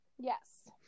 Yes